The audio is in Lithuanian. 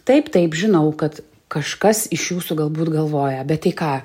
taip taip žinau kad kažkas iš jūsų galbūt galvoja bet tai ką